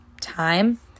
time